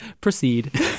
Proceed